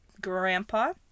grandpa